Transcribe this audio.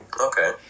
Okay